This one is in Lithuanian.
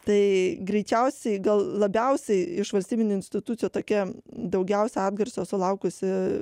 tai greičiausiai gal labiausiai iš valstybinių institucijų tokia daugiausia atgarsio sulaukusi